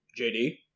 JD